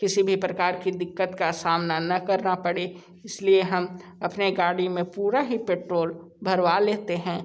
किसी भी प्रकार की दिक्कत का सामना ना करना पड़े इस लिए हम अपनी गाड़ी में पूरा ही पेट्रोल भरवा लेते हैं